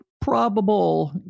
probable